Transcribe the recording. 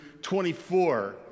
24